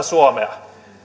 suomea